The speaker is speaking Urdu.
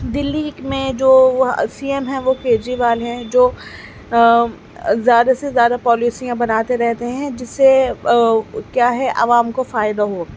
دلّی میں جو وہ سی ایم ہیں وہ کیجریوال ہیں جو زیادہ سے زیادہ پالیسیاں بناتے رہتے ہیں جس سے کیا ہے عوام کو فائدہ ہو